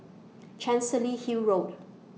Chancery Hill Road